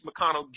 McConnell